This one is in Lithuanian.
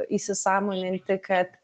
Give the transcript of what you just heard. įsisąmoninti kad